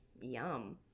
yum